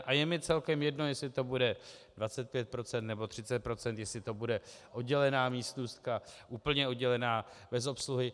A je mi celkem jedno, jestli to bude 25 %, nebo 30 %, jestli to bude oddělená místnůstka, úplně oddělená bez obsluhy.